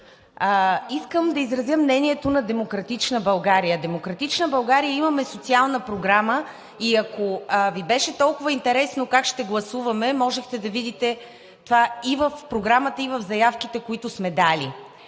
Искам да изразя мнението на „Демократична България“. „Демократична България“ имаме социална програма и ако Ви беше толкова интересно как ще гласуваме, можехте да видите това в програмата и в заявките, които сме дали.